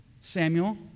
Samuel